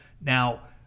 Now